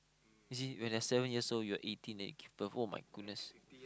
you see when I seven years old you are eighteen then you give birth [oh]-my-goodness